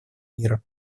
мира